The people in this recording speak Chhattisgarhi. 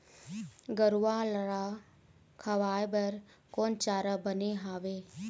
गरवा रा खवाए बर कोन चारा बने हावे?